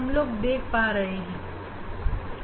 यह resolving power है जिसका मतलब ƛdƛ nN है